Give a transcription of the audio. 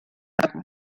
amb